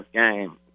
game